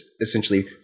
essentially